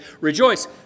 rejoice